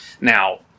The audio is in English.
Now